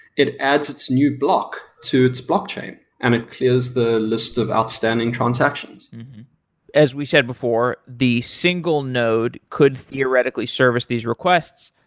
it adds its new block to its block chain and it clears the list of outstanding transactions as we said before, the single node could theoretically service these requests.